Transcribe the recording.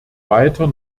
weiter